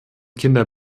kinder